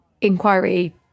inquiry